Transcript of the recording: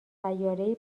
سیارهای